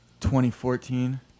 2014